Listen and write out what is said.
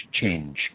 change